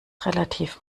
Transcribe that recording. relativ